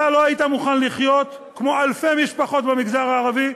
אתה לא היית מוכן לחיות כמו אלפי משפחות במגזר הערבי,